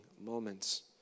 moments